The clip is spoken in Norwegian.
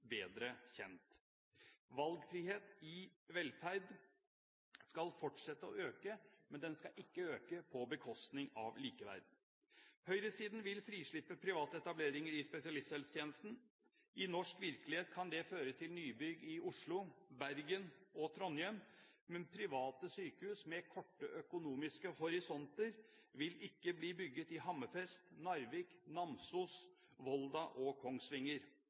bedre kjent. Valgfrihet når det gjelder velferd skal fortsette å øke, men det skal ikke øke på bekostning av likeverd. Høyresiden vil ha frislipp av private etableringer i spesialisthelsetjenesten. I norsk virkelighet kan det føre til nybygg i Oslo, Bergen og Trondheim, men private sykehus med korte økonomiske horisonter vil ikke bli bygd i Hammerfest, Narvik, Namsos, Volda og Kongsvinger.